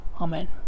amen